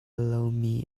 lomi